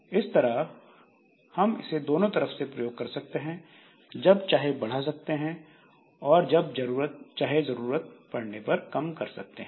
इस तरह हम इसे दोनों तरफ से प्रयोग कर सकते हैं जब चाहे बढ़ा सकते हैं और जब चाहे जरूरत पड़ने पर कम कर सकते हैं